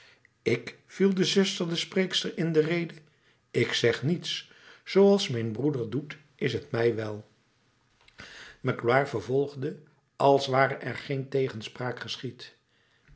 ik viel de zuster de spreekster in de rede ik zeg niets zooals mijn broeder doet is t mij wel magloire vervolgde als ware er geen tegenspraak geschied